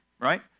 right